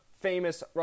famous